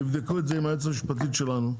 תבדקו את זה עם היועצת המשפטית שלנו,